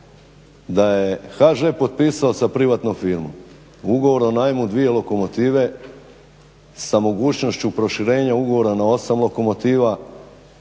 da je HŽ potpisao za privatnu firmu ugovor o najmu dvije lokomotive sa mogućnošću proširenja ugovora na osam lokomotiva